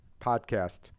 podcast